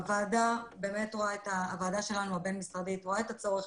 הוועדה הבין משרדית שלנו רואה את הצורך